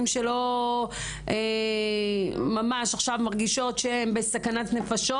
שלא ממש עכשיו מרגישות שהן בסכנת נפשות?